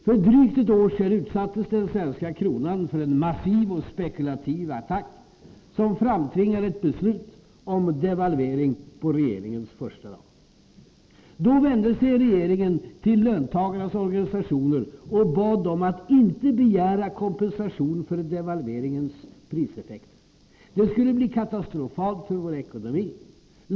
För drygt ett år sedan utsattes den svenska kronan för en massiv och spekulativ attack, som framtvingade ett beslut om devalvering på regeringens första dag. Då vände sig regeringen till löntagarnas organisationer och bad dem att inte begära kompensation för devalveringens priseffekter. Det skulle bli katastrofalt för vår ekonomi.